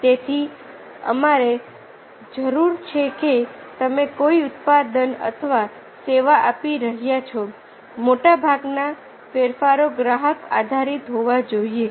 તેથી અમારે જરૂર છે કે તમે કોઈ ઉત્પાદન અથવા સેવા આપી રહ્યા છો મોટા ભાગના ફેરફાર ગ્રાહક આધારિત હોવા જોઈએ